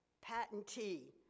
patentee